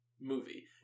movie